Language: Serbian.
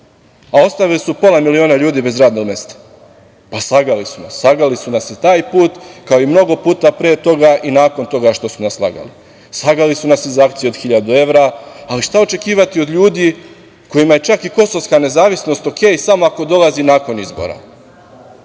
a ostavili su pola miliona ljudi bez radna mesta. Pa, slagali su nas, slagali su nas i taj put, kao i mnogo puta pre toga i nakon toga što su nas slagali. Slagali su nas za akciju od 1.000 evra, ali šta očekivati od ljudi kojima je čak i kosovska nezavisnost okej samo ako dolazi nakon izbora. Mislim